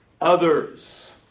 others